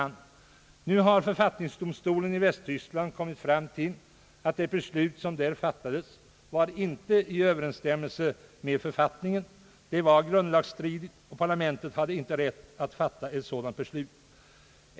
Nu har författningsdomstolen kommit fram till att det beslut som fattades inte stod i överensstämmelse med författningen. Beslutet var grundlagsstridigt, och parlamentet hade inte rätt att fatta ett sådant beslut.